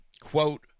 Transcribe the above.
quote